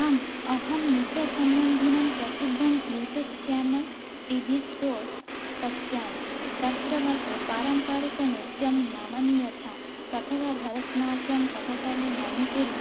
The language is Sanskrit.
आम् अहं नृत्यसम्बन्धिनं प्रसिद्धं यूटूब् चानल् टिबिसोच् पश्यामि तत्र मध्ये पारम्परिकनृत्यं नामानि यथा कथक् भरतनाट्यं कथक्कलि मणिपुरि